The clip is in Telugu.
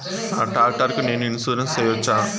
నా టాక్టర్ కు నేను ఇన్సూరెన్సు సేయొచ్చా?